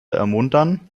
ermuntern